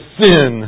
sin